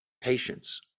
patience